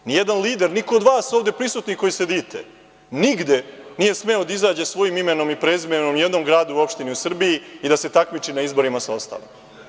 Nijedan lider, nijedan od vas ovde prisutnih koji ovde sedite nigde nije smeo da izađe svojim imenom i prezimenom ni u jednom gradu i opštini u Srbiji i da se takmiči na izborima sa ostalima.